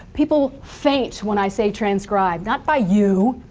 people faint when i say transcribed. not by you!